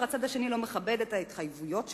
הצד השני לא מכבד את ההתחייבויות שלו?